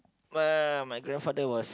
uh my grandfather was